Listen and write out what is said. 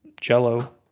jello